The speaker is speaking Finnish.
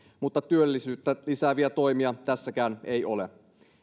mutta työllisyyttä lisääviä toimia tässäkään ei ole